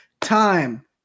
time